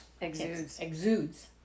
exudes